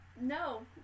no